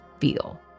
feel